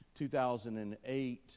2008